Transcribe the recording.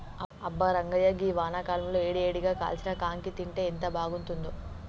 అబ్బా రంగాయ్య గీ వానాకాలంలో ఏడి ఏడిగా కాల్చిన కాంకి తింటే ఎంత బాగుంతుందో